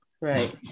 Right